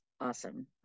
awesome